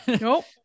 Nope